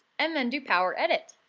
and then do power edit.